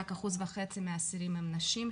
רק 1.5% הם נשים,